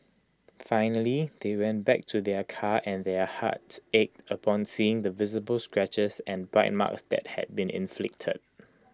finally they went back to their car and their hearts ached upon seeing the visible scratches and bite marks that had been inflicted